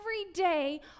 everyday